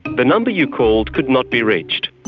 the number you called could not be reached,